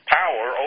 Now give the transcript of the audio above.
power